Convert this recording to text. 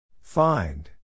Find